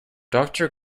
doctor